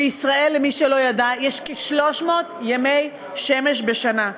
בישראל, למי שלא ידע, יש כ-300 ימי שמש בשנה.